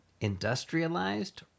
industrialized